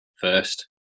first